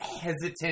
hesitant